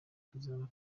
tuzaba